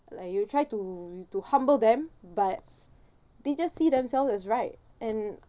like you try to you to humble them but they just see themselves as right and